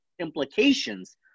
implications